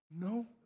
No